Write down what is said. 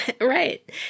Right